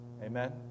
Amen